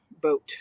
boat